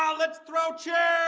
um let's throw chairs